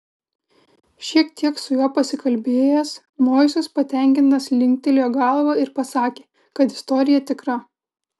šiek tiek su juo pasikalbėjęs moisas patenkintas linktelėjo galva ir pasakė kad istorija tikra